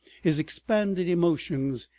his expanded emotions,